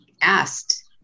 asked